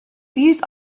these